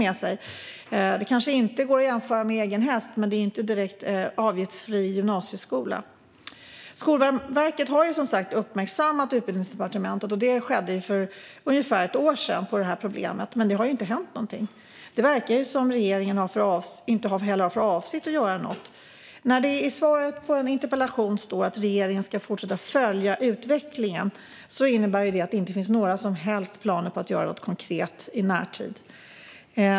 Det går kanske inte att jämföra med egen häst, men det är inte direkt en avgiftsfri gymnasieskola. Skolverket har, som sagt, uppmärksammat Utbildningsdepartementet på det här problemet för ungefär ett år sedan, men det har inte hänt någonting. Det verkar som att regeringen inte för avsikt att göra något. I svaret på min interpellation står det att regeringen ska fortsätta att följa utvecklingen. Det innebär att det inte finns några som helst planer på att göra någonting konkret i närtid.